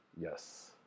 yes